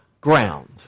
ground